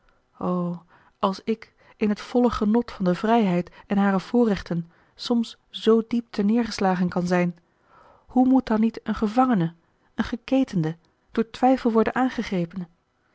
als ik in het volle genot van de vrijheid en hare voorrechten soms zoo diep teneêrgeslagen kan zijn hoe moet dan niet een gevangene een geketende door twijfel worden aangegrepen